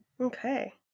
Okay